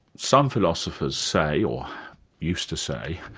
some philosophers say, or used to say,